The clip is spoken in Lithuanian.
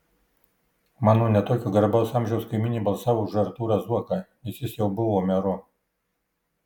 mano ne tokio garbaus amžiaus kaimynė balsavo už artūrą zuoką nes jis jau buvo meru